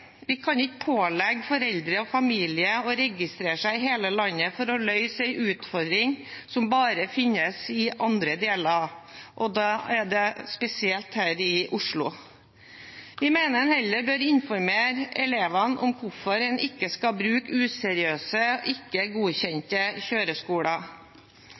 Vi kan ikke pålegge foreldre og familie i hele landet å registrere seg for å løse en utfordring som bare finnes i andre deler av landet, og da spesielt her i Oslo. Vi mener en heller bør informere elevene om hvorfor en ikke skal bruke useriøse, ikke godkjente kjøreskoler.